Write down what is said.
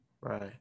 Right